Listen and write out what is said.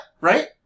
right